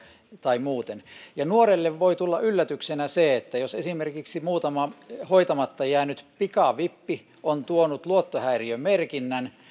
tai muuten ja nuorelle voi tulla yllätyksenä se että jos esimerkiksi muutama hoitamatta jäänyt pikavippi on tuonut luottohäiriömerkinnän niin